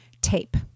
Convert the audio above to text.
tape